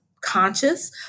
conscious